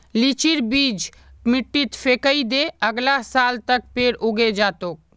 लीचीर बीज मिट्टीत फेकइ दे, अगला साल तक पेड़ उगे जा तोक